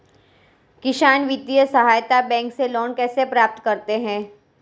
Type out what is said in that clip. किसान वित्तीय सहायता बैंक से लोंन कैसे प्राप्त करते हैं?